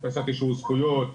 הדפסת אישור זכויות,